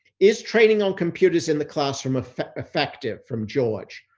is training on computers in the classroom effective effective from george,